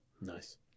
Nice